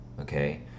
okay